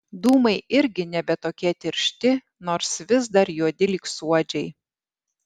dūmai irgi nebe tokie tiršti nors vis dar juodi lyg suodžiai